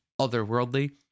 otherworldly